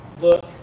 look